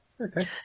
Okay